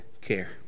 care